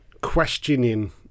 questioning